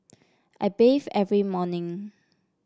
I bathe every morning